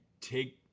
take